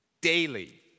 daily